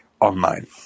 online